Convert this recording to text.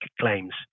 claims